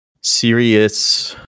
serious